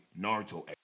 Naruto